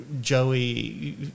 Joey